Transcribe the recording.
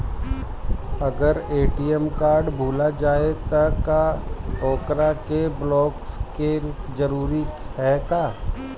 अगर ATM card भूला जाए त का ओकरा के बलौक कैल जरूरी है का?